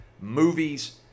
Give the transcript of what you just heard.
movies